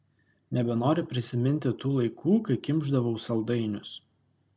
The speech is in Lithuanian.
nebenoriu prisiminti tų laikų kai kimšdavau saldainius